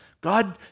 God